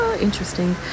interesting